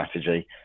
strategy